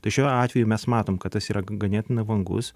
tai šiuo atveju mes matom kad tas yra ganėtinai vangus